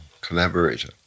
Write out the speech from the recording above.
collaborator